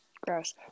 Gross